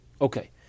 Okay